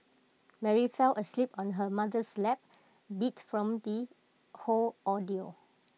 Mary fell asleep on her mother's lap beat from the whole ordeal